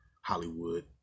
Hollywood